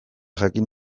jakin